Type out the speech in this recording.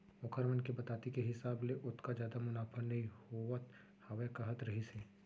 ओखर मन के बताती के हिसाब ले ओतका जादा मुनाफा नइ होवत हावय कहत रहिस हे